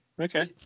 Okay